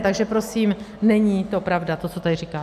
Takže prosím není to pravda to, co tady říkáte.